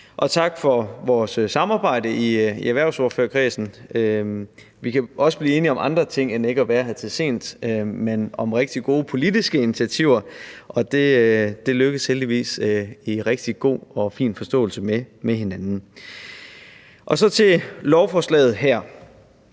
Og tak for vores samarbejde i erhvervsordførerkredsen. Vi kan også blive enige om andre ting end ikke at være her så sent, nemlig om rigtig gode politiske initiativer, og tingene lykkes heldigvis i rigtig god og fin forståelse med hinanden. Så til lovforslaget her: